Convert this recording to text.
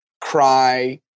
cry